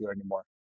anymore